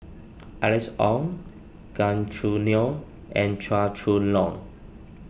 Alice Ong Gan Choo Neo and Chua Chong Long